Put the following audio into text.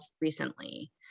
recently